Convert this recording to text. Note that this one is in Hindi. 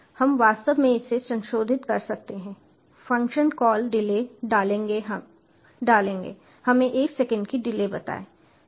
हम वास्तव में इसे संशोधित कर सकते हैं फ़ंक्शन कॉल डिले डालेंगे हमें 1 सेकंड की डिले बताएं